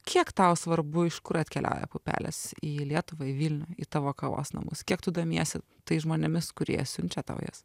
kiek tau svarbu iš kur atkeliauja pupelės į lietuvą į vilnių į tavo kavos namus kiek tu domiesi tais žmonėmis kurie siunčia tau jas